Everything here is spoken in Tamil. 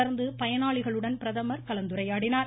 தொடர்ந்து பயனாளிகளுடன் பிரதமர் கலந்துரையாடினார்